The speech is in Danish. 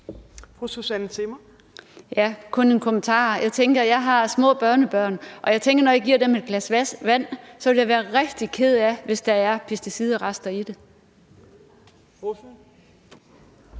Jeg har små børnebørn, og jeg tænker, at når jeg giver dem et glas vand, vil jeg være rigtig ked af det, hvis der er pesticidrester i det.